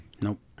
Nope